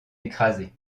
écrasée